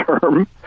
term